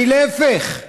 אני להפך,